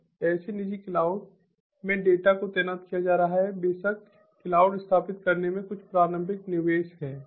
और ऐसे निजी क्लाउड में डेटा को तैनात किया जा रहा है बेशक क्लाउड स्थापित करने में कुछ प्रारंभिक निवेश है